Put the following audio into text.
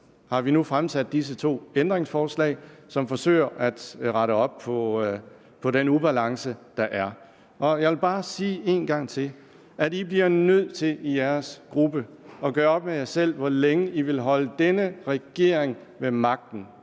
har vi nu fremsat disse to ændringsforslag, som forsøger at rette op på den ubalance, der er. Jeg vil bare sige en gang til, at Enhedslisten i sin gruppe bliver nødt til at gøre op med sig selv, hvor længe man vil holde denne regering ved magten.